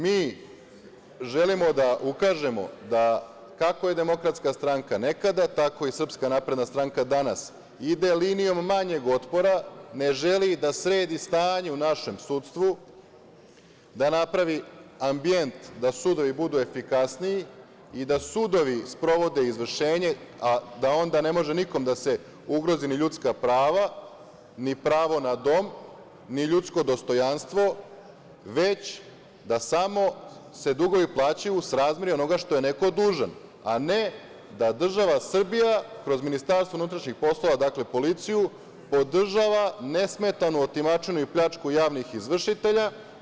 Mi želimo da ukažemo da kako je DS nekada, tako i SNS danas ide linijom manjeg otpora, ne želi da sredi stanje u našem sudstvu, da napravi ambijent da sudovi budu efikasniji i da sudovi sprovode izvršenje, a da onda ne može nikom da se ugrozi ni ljudska prava, ni pravo na dom, ni ljudsko dostojanstvo, već da samo se dugovi plaćaju u srazmeri onoga što je neko dužan, a ne da država Srbija kroz MUP, dakle, policiju podržava nesmetanu otimačinu i pljačku javnih izvršitelja.